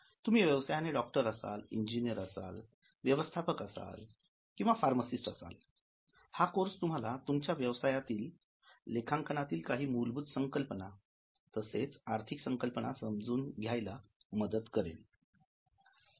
तुम्ही व्यवसायाने डॉक्टर असाल इंजिनियर असाल व्यवस्थापक असाल व फार्मसिस्ट असाल हा कोर्स तुम्हाला तुमच्या व्यवसायात लेखांनातील काही मूलभूत संकल्पना तसेच आर्थिक संकल्पना समजून घ्यायला मदत करेल